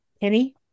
Penny